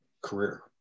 career